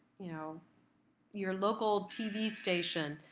you know your local tv station,